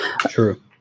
true